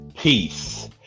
peace